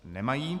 Nemají.